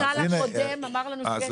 המנכ"ל הקודם אמר לנו שיש פיילוט.